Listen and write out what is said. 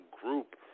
group